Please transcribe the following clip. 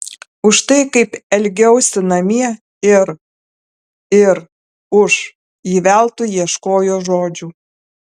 už tai kaip elgiausi namie ir ir už ji veltui ieškojo žodžių